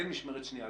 כן משמרת שנייה,